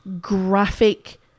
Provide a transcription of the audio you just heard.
graphic